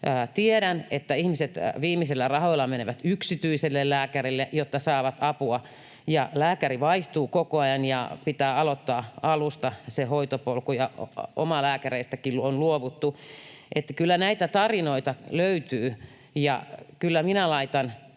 Tiedän, että ihmiset viimeisillä rahoillaan menevät yksityiselle lääkärille, jotta saavat apua. Ja lääkäri vaihtuu koko ajan, ja pitää aloittaa alusta se hoitopolku, ja omalääkäreistäkin on luovuttu. Kyllä näitä tarinoita löytyy. Kyllä minä laitan